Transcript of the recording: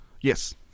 Yes